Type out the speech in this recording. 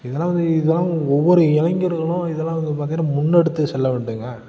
இதல்லாம் வந்து இதல்லாம் ஒவ்வொரு இளைஞர்களும் இதல்லாம் வந்து பார்த்தீங்கன்னா முன்னெடுத்து செல்ல வேண்டுங்க